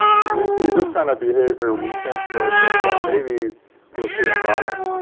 when we see this kind of behavior, we think to ourselves, well, maybe we'll see a lot of